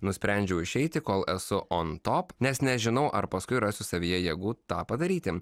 nusprendžiau išeiti kol esu on top nes nežinau ar paskui rasiu savyje jėgų tą padaryti